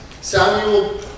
Samuel